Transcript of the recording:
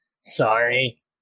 Sorry